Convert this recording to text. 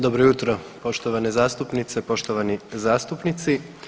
Dobro jutro, poštovane zastupnice, poštovani zastupnici.